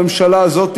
בממשלה הזאת,